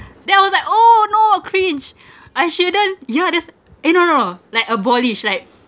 then I was like oh no cringe I shouldn't yeah that's eh no no no like abolish like